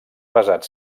basat